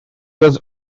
was